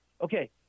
Okay